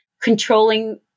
controlling